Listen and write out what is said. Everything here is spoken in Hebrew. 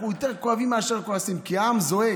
אנחנו יותר כואבים מאשר כועסים, כי העם זועק.